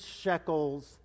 shekels